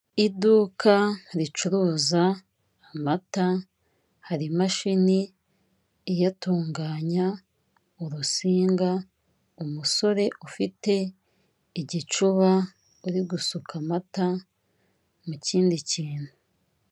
Iduka ricuruza amata; hari imashini iyatunganya, urusinga, umusore ufite igicuba uri gusuka amata mu kindi kintu.